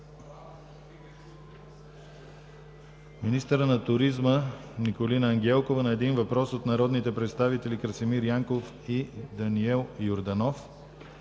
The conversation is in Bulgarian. министърът на туризма Николина Ангелкова – на един въпрос от народните представители Красимир Янков и Даниел Йорданов;